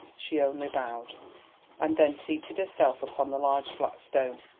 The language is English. she only bowed and then seated herself upon the large flat stone.